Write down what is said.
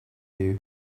you